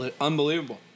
unbelievable